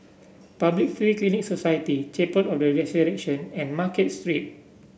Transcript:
Public Free Clinic Society Chapel of The Resurrection and Market Street